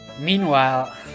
Meanwhile